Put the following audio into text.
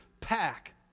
pack